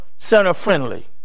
center-friendly